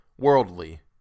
worldly